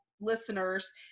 listeners